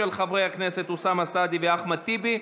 של חברי הכנסת אוסאמה סעדי ואחמד טיבי.